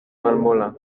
malmola